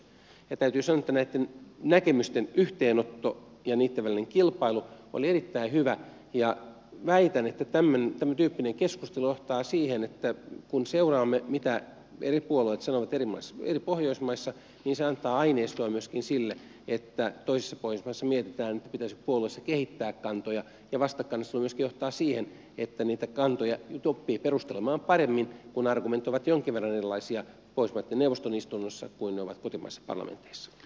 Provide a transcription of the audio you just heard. täytyy sanoa että näitten näkemysten yhteenotto ja niitten välinen kilpailu oli erittäin hyvä ja väitän että tämäntyyppinen keskustelu johtaa siihen että kun seuraamme mitä eri puolueet sanovat eri pohjoismaissa niin se antaa aineistoa myöskin sille että toisissa pohjoismaissa mietitään pitäisikö puolueessa kehittää kantoja ja vastakkainasettelu johtaa myöskin siihen että niitä kantoja oppii perustelemaan paremmin kun argumentit ovat jonkin verran erilaisia pohjoismaiden neuvoston istunnossa kuin ne ovat kotimaisissa parlamenteissa